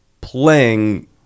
playing